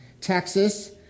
Texas